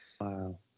Wow